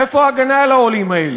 איפה ההגנה על העולים האלה?